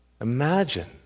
Imagine